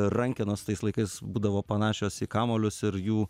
rankenos tais laikais būdavo panašios į kamuolius ir jų